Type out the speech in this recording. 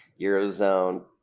Eurozone